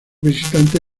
visitante